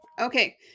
Okay